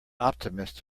optimist